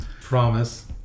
Promise